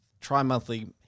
tri-monthly